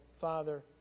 father